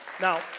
Now